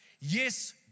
yes